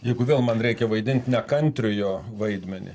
jeigu vėl man reikia vaidint nekantriojo vaidmenį